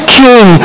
king